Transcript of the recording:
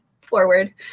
forward